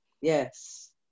yes